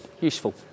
useful